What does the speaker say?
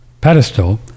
pedestal